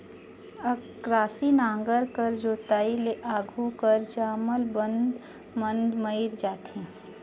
अकरासी नांगर कर जोताई ले आघु कर जामल बन मन मइर जाथे